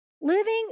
Living